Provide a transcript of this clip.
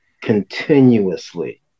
Continuously